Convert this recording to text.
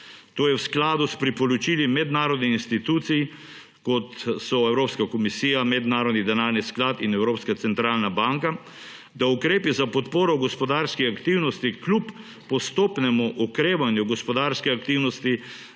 To je v skladu s priporočili mednarodnih institucij, kot so Evropska komisija, Mednarodni denarni sklad in Evropska centralna banka, da ukrepi za podporo gospodarski aktivnosti kljub postopnemu okrevanju gospodarske aktivnosti